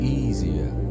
easier